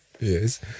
yes